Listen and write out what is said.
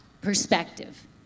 perspective